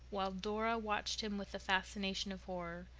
while dora watched him with the fascination of horror,